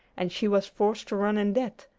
and she was forced to run in debt,